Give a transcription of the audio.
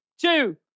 two